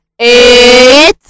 eight